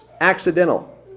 accidental